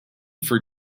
for